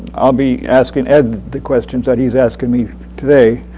i'll be asking ed the questions that he's asking me today.